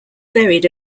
buried